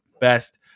best